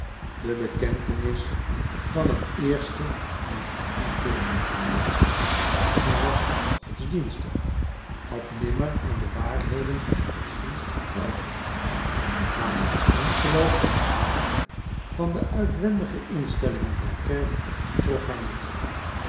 de bekentenis van het eerste maakte niet veel indruk op haar zij was godsdienstig had nimmer aan de waarheden van den godsdienst getwijfeld maar zijn ongeloof aan de waarde van de uitwendige instellingen der kerk trof haar niet